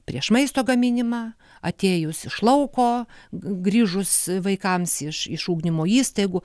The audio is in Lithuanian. prieš maisto gaminimą atėjus iš lauko grįžus vaikams iš iš ugdymo įstaigų